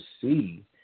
see